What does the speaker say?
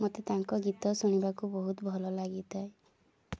ମତେ ତାଙ୍କ ଗୀତ ଶୁଣିବାକୁ ବହୁତ ଭଲ ଲାଗିଥାଏ